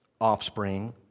offspring